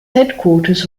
headquarters